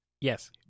Yes